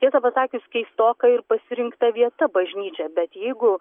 tiesą pasakius keistoka ir pasirinkta vieta bažnyčia bet jeigu